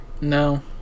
No